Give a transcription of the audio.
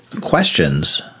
questions